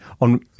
on